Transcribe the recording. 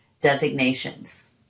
designations